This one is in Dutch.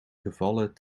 gevallen